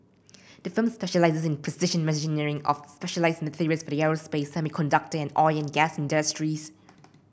the firm specialises in precision machining of specialised materials the aerospace semiconductor and oil and gas industries